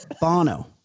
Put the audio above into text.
Bono